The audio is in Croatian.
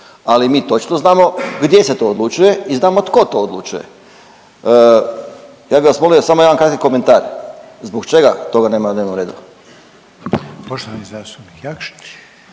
Ali mi točno znamo gdje se to odlučuje i znamo tko to odlučuje. Ja bih vas molio samo jedan kratak komentar zbog čega toga nema na